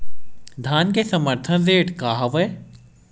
धान के समर्थन रेट का हवाय?